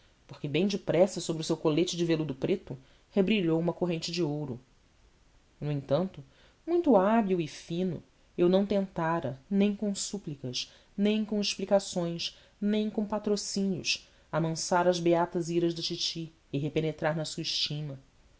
porque bem depressa sobre o seu colete de veludo preto rebrilhou uma corrente de ouro no entanto muito hábil e fino eu não tentara nem com súplicas nem com explicações nem com patrocínios amansar as beatas iras da titi e repenetrar na sua estima